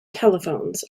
telephones